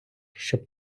щоб